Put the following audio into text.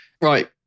Right